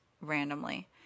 randomly